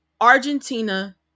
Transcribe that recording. Argentina